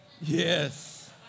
Yes